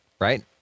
right